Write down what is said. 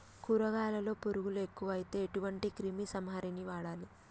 కూరగాయలలో పురుగులు ఎక్కువైతే ఎటువంటి క్రిమి సంహారిణి వాడాలి?